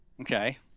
Okay